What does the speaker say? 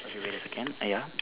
okay wait a second err ya